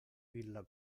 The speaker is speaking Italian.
villa